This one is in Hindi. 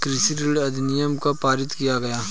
कृषि ऋण अधिनियम कब पारित किया गया?